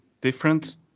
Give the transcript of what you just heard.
different